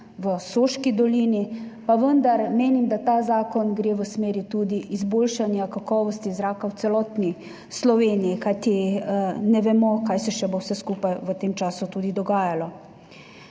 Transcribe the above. v Soški dolini, pa vendar menim, da gre ta zakon tudi v smeri izboljšanja kakovosti zraka v celotni Sloveniji, kajti ne vemo, kaj vse se bo še v tem času tudi dogajalo.